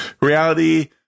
Reality